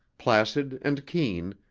placid and keen,